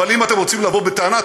אבל אם אתם רוצים לבוא בטענה,